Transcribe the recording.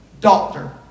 Doctor